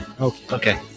Okay